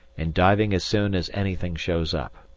and diving as soon as anything shows up.